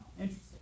Interesting